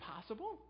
possible